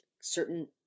certain